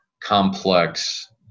complex